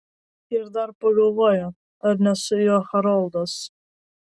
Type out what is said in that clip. ir dar pagalvojo ar ne su juo haroldas